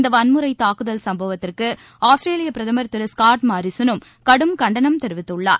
இந்த வன்முறை தாக்குதல் சும்பவத்திற்கு ஆஸ்திரேலியா பிரதமர் திரு ஸ்காட் மாரிசன் னும் கடும் கண்டனம் தெரிவித்துள்ளார்